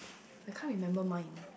I can't remember mine